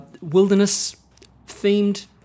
Wilderness-themed